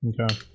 okay